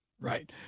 Right